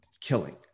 killing